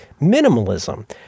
minimalism